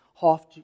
half